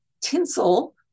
tinsel